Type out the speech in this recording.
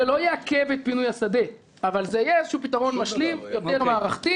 זה לא יעכב את פינוי השדה אבל זה יהיה איזשהו פתרון משלים יותר מערכתי.